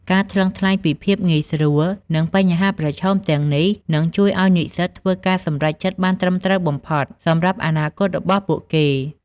ការថ្លឹងថ្លែងពីភាពងាយស្រួល និងបញ្ហាប្រឈមទាំងនេះ នឹងជួយឱ្យនិស្សិតធ្វើការសម្រេចចិត្តបានត្រឹមត្រូវបំផុតសម្រាប់អនាគតរបស់ពួកគេ។